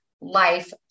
life